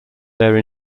their